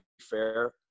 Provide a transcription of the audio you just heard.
fair